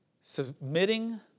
submitting